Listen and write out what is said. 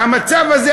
והמצב הזה,